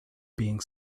being